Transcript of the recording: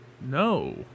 No